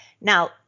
Now